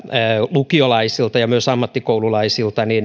lukiolaisilta ja myös ammattikoululaisilta